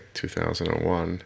2001